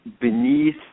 beneath